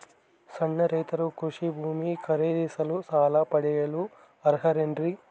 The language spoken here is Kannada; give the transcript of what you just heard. ಸಣ್ಣ ರೈತರು ಕೃಷಿ ಭೂಮಿ ಖರೇದಿಸಲು ಸಾಲ ಪಡೆಯಲು ಅರ್ಹರೇನ್ರಿ?